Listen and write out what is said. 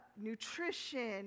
nutrition